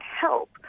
help